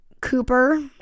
cooper